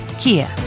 Kia